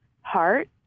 heart